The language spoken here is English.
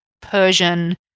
Persian